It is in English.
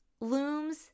looms